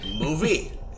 movie